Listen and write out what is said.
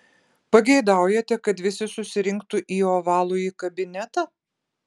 pageidaujate kad visi susirinktų į ovalųjį kabinetą